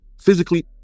physically